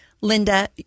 Linda